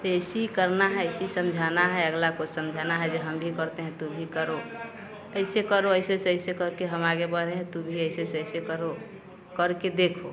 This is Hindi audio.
तो ऐसे ही करना है ऐसे ही समझाना है अगले को समझाना है कि हम भी करते है तुम भी करो ऐसे करो ऐसे से ऐसे करके हम आगे बढ़ें तुम भी ऐसे से ऐसे करो करके देखो